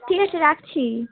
ঠিক আছে রাখছি